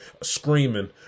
screaming